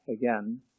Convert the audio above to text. again